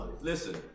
Listen